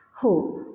हो